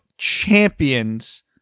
champions